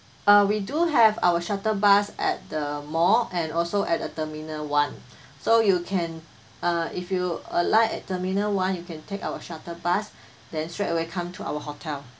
uh we do have our shuttle bus at the more and also at a terminal one so you can uh if you alight at terminal one you can take our shuttle bus then straight away come to our hotel